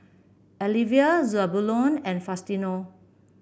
Alivia Zebulon and Faustino